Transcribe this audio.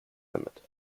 limit